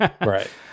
Right